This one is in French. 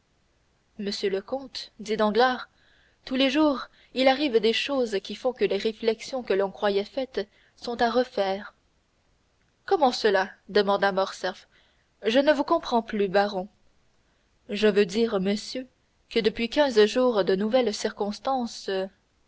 monsieur le comte dit danglars tous les jours il arrive des choses qui font que les réflexions que l'on croyait faites sont à refaire comment cela demanda morcerf je ne vous comprends plus baron je veux dire monsieur que depuis quinze jours de nouvelles circonstances